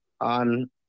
on